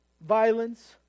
violence